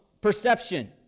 perception